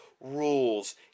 rules